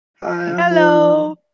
Hello